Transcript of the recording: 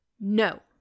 No